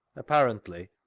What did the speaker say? aapparently.